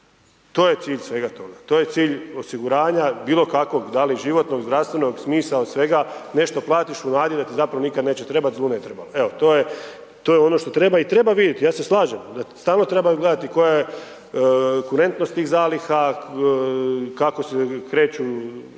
To je cilj svega toga, to je cilj osiguranja bilo kakvog, da li životnog, zdravstvenog, smisao svega, nešto platiš u nadi da ti zapravo nikad neće trebati, zlu ne trebalo. Evo to je ono što treba i treba vidjeti, ja se slažem da stalno treba gledati koja je kurentnost tih zaliha, kako se kreću